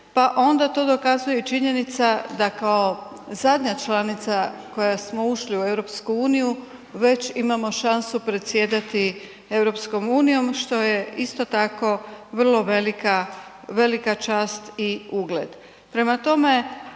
Pa onda to dokazuje i činjenica da kao zadnja članica koja smo ušli u EU već imamo šansu predsjedati EU što je isto tako vrlo velika, velika čast i ugled. Prema tome,